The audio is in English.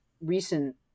recent